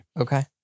okay